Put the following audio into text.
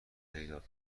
پیدات